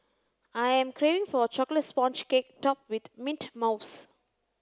I am craving for a chocolate sponge cake topped with mint mouse